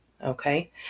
okay